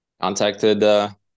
Contacted